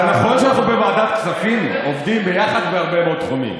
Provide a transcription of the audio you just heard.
נכון שאנחנו בוועדת הכספים עובדים ביחד בהרבה מאוד תחומים,